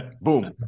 boom